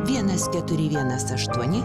vienas keturi vienas aštuoni